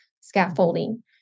scaffolding